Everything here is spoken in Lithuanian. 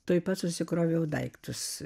tuoj pat susikroviau daiktus